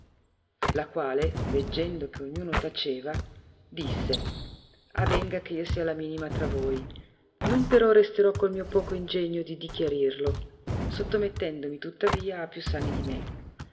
la quale veggendo che ogn uno taceva disse avenga che io sia la minima tra voi non però resterò col mio poco ingegno di dichiarirlo sottomettendomi tuttavia a più sani di me